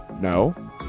no